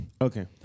Okay